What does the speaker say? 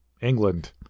England